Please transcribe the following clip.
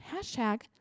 hashtag